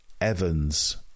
Evans